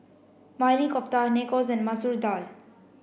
Maili Kofta Nachos and Masoor Dal